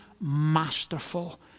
masterful